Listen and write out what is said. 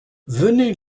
venez